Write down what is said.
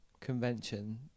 convention